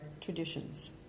traditions